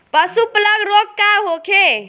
पशु प्लग रोग का होखे?